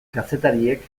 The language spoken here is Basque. kazetariek